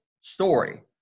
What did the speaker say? story